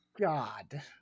god